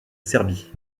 serbie